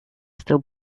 still